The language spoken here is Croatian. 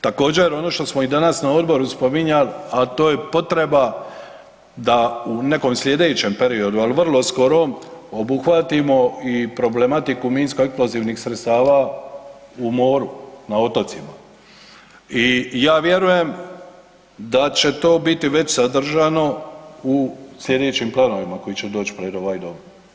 Također ono što smo danas i na odboru spominjali, a to je potreba da u nekom sljedećem periodu, ali vrlo skorom obuhvatimo i problematiku i minskoeksplozivnih sredstava u moru na otocima i ja vjerujem da će to već bit sadržano u sljedećim planovima koji će doć pred ovaj Dom.